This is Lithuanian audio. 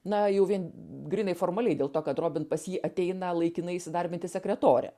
na jau vien grynai formaliai dėl to kad robin pas jį ateina laikinai įsidarbinti sekretore